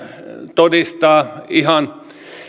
todistaa ihan